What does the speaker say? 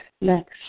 next